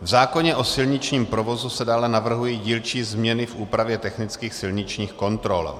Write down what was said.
V zákoně o silničním provozu se dále navrhují dílčí změny v úpravě technických silničních kontrol.